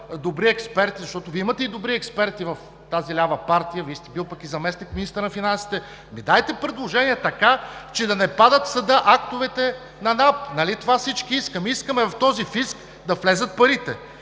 добри експерти, защото Вие имате и добри експерти в тази лява партия, бил сте и заместник-министър на финансите, дайте предложение, така че да не падат в съда актовете на НАП. Нали това искаме всички – искаме в този фиск да влязат парите?